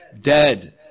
Dead